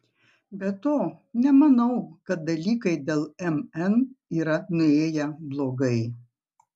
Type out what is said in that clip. be to nemanau kad dalykai dėl mn yra nuėję blogai